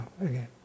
again